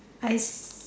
hi